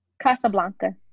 Casablanca